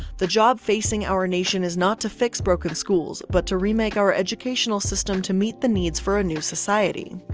the job facing our nation is not to fix broken broken schools, but to remake our educational system to meet the needs for a new society.